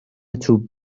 توپ